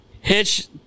hitch